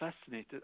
fascinated